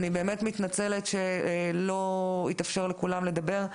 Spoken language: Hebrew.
אני מתנצלת שלא התאפשר לכולם לדבר.